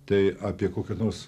tai apie kokią nors